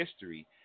history